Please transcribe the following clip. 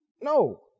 No